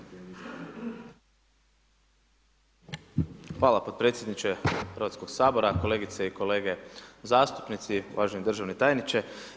Hvala potpredsjedniče Hrvatskoga sabora, kolegice i kolege zastupnici, uvaženi državni tajniče.